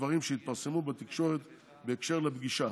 דברים שהתפרסמו בתקשורת בקשר לפגישה,